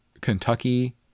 Kentucky